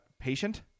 patient